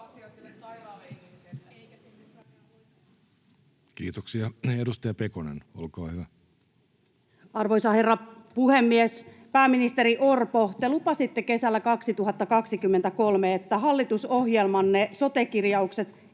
Kiitoksia. — Edustaja Pekonen, olkaa hyvä. Arvoisa herra puhemies! Pääministeri Orpo, te lupasitte kesällä 2023, että hallitusohjelmanne sote-kirjaukset